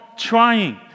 Trying